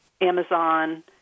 Amazon